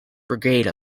brigade